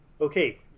Okay